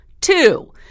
Two